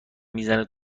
میزنه